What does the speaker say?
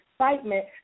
excitement